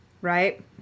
right